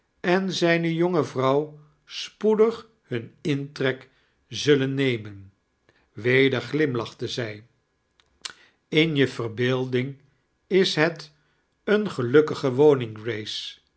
en zijne jonge vrouw spoedig hun intrek zullen nemen weder glimlachte zij in je vercharles dickens beelding is het eene gelukmge